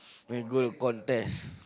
we go contest